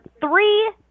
three